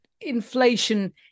inflation